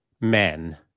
men